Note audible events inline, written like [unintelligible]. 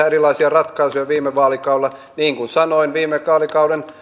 [unintelligible] erilaisia ratkaisuja viime vaalikaudella niin kuin sanoin viime vaalikauden